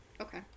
Okay